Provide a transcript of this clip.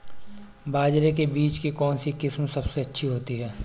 बाजरे के बीज की कौनसी किस्म सबसे अच्छी होती है?